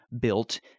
built